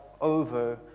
over